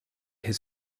his